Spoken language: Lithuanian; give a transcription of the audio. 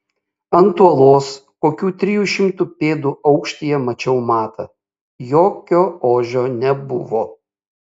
ant uolos kokių trijų šimtų pėdų aukštyje mačiau matą jokio ožio nebuvo